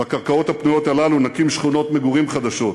בקרקעות הפנויות האלה, נקים שכונות מגורים חדשות.